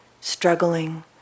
struggling